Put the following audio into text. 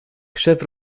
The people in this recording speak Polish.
krzew